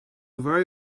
very